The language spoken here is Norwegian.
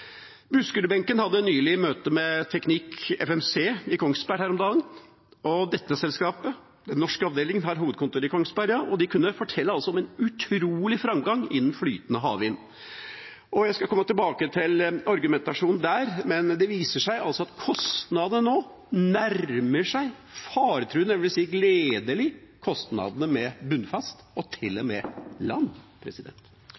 Buskerud-benken hadde nylig møte med TechnipFMC i Kongsberg. Den norske avdelingen i dette selskapet har hovedkontor i Kongsberg, og de kunne fortelle om en utrolig framgang innen flytende havvind. Jeg skal komme tilbake til argumentasjonen der, men det viser seg at kostnadene nå faretruende – dvs. gledelig – nærmer seg kostnadene for bunnfast, og til og